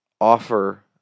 offer